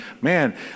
Man